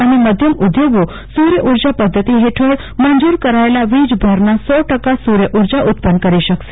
અને મધ્યમ ઉધોગો સુરય ઉરંજા પધ્યતિ ફિઠળ મંજુર કરાયેલા વીજભારના સો ટકા સુરય ઉર્જા ઉત્પન્ન કરી શકશે